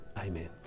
Amen